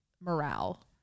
morale